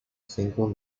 single